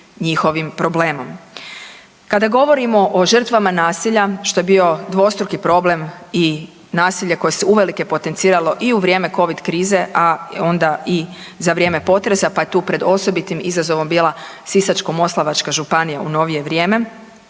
njihovim problemom? Kada govorimo o žrtvama nasilja što je bio dvostruki problem i nasilje koje se uvelike potenciralo i u vrijeme Covid krize, a onda i za vrijeme potresa pa je tu pred osobitim izazovom bila Sisačko-moslavačka županija u novije vrijeme